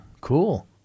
Cool